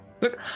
Look